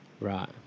Right